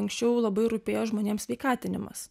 anksčiau labai rūpėjo žmonėm sveikatinimas